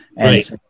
Right